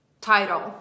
title